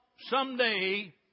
someday